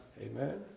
Amen